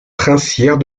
princière